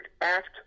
act